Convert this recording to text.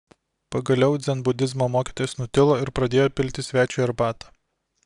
pagaliau dzenbudizmo mokytojas nutilo ir pradėjo pilti svečiui arbatą